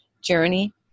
journey